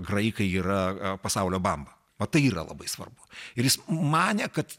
graikai yra pasaulio bamba va tai yra labai svarbu ir jis manė kad